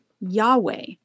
Yahweh